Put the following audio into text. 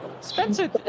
Spencer